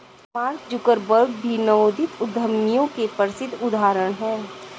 mark Zuckerberg भी नवोदित उद्यमियों के प्रसिद्ध उदाहरण हैं